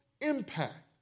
impact